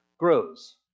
grows